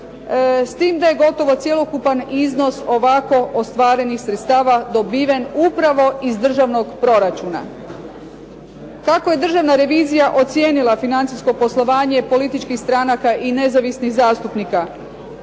s tim da je gotovo cjelokupan iznos ovako ostvarenih sredstava dobiven upravo iz državnog proračuna. Kako je državna revizija ocijenila financijsko poslovanje političkih stranaka i nezavisnih zastupnika.